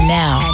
now